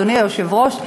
אדוני היושב-ראש,